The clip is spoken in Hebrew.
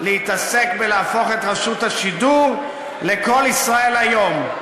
להתעסק בלהפוך את רשות השידור ל"קול ישראל היום".